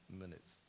minutes